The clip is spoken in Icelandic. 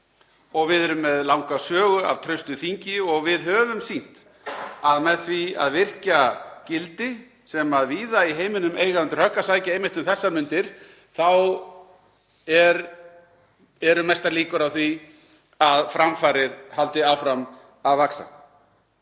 Og við erum með langa sögu af traustu þingi og höfum sýnt að með því að virkja gildi sem víða í heiminum eiga undir högg að sækja einmitt um þessar mundir eru mestar líkur á því að framfarir haldi áfram að vaxa.